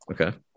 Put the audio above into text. okay